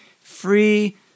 free